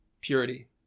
purity